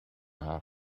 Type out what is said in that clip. haar